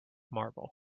marble